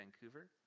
Vancouver